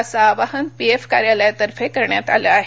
असं आवाहन पीएफ कार्यालयातर्फे करण्यात आलं आहे